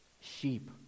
sheep